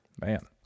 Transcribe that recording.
Man